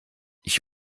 ich